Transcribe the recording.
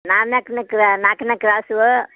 ನಾಯಕ್ ನಗ್ರ ನಾಲ್ಕನೇ ಕ್ರಾಸು